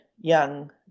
young